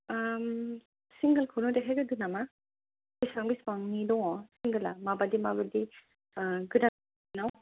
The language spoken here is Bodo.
ओम सिंगोल खौनो देखायग्रोदो नामा बेसेबां बेसेबांनि दङ सिंगोला माबादि माबादि ओ गोदानाव